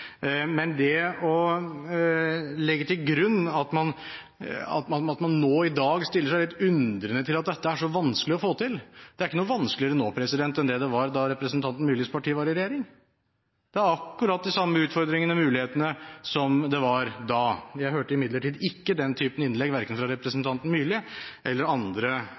grunn at man nå i dag stiller seg litt undrende til at dette er så vanskelig å få til: Det er ikke noe vanskeligere nå enn det det var da representanten Myrlis parti var i regjering. Det er akkurat de samme utfordringene og mulighetene som det var da. Jeg hørte imidlertid ikke den typen innlegg verken fra representanten Myrli eller andre